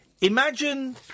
Imagine